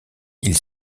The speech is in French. ils